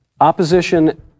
Opposition